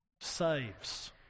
saves